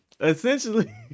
essentially